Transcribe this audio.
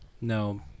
No